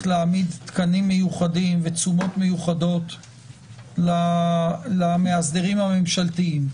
להעמיד תקנים מיוחדים ותשומות מיוחדות למאסדרים הממשלתיים.